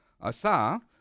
Asa